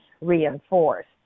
reinforced